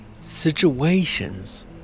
situations